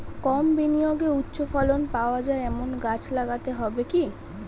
কম বিনিয়োগে উচ্চ ফলন পাওয়া যায় এমন গাছ লাগাতে হবে কি?